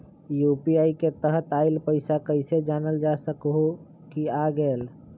UPI के तहत आइल पैसा कईसे जानल जा सकहु की आ गेल?